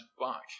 back